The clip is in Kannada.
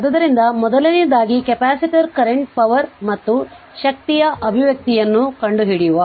ಆದ್ದರಿಂದ ಮೊದಲನೆಯದಾಗಿ ಕೆಪಾಸಿಟರ್ ಕರೆಂಟ್ ಪವರ್ ಮತ್ತು ಶಕ್ತಿಯ ಅಭಿವ್ಯಕ್ತಿಯನ್ನು ಕಂಡುಹಿಡಿಯುವ